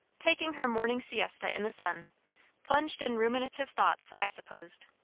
taking her morning siesta in the sun plunged in ruminative thoughts, i supposed,